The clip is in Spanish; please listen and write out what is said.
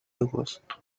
agosto